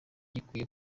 gikwiye